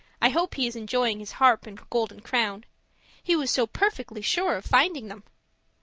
i hope he is enjoying his harp and golden crown he was so perfectly sure of finding them!